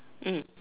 mm